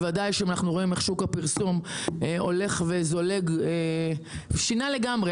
בוודאי כשאנחנו רואים איך שוק הפרסום הולך וזולג הוא שינה לגמרי,